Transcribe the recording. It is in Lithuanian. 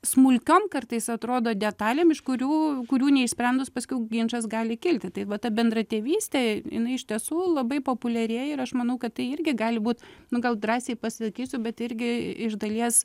smulkiom kartais atrodo detalėm iš kurių kurių neišsprendus paskiau ginčas gali kilti tai va ta bendra tėvystė jinai iš tiesų labai populiarėja ir aš manau kad tai irgi gali būt nu gal drąsiai pasakysiu bet irgi iš dalies